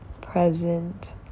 present